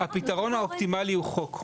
הפתרון האופטימלי הוא חוק.